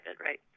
right